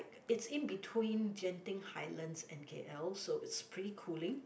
it's in between Genting Highlands and k_l so it's pretty cooling